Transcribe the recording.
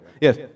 Yes